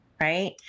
Right